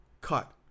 Cut